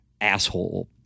asshole